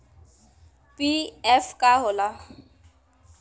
PF का होला?